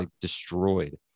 destroyed